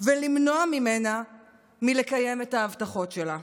ולמנוע ממנה לקיים את ההבטחות שלה.